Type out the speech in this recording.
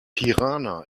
tirana